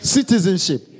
Citizenship